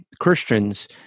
Christians